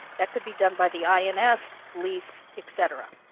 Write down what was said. that could be done by the ins, police, et cetera.